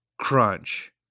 Crunch